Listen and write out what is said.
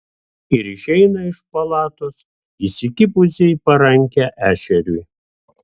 ir išeina iš palatos įsikibusi į parankę ešeriui